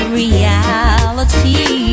reality